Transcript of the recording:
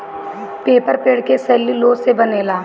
paper पेड़ के cellulose से बनेला